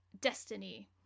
destiny